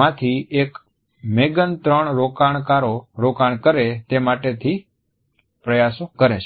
માંથી એક મેગન ત્રણ રોકાણકારો રોકાણ કરે તે માટે થી પ્રયાસો કરે છે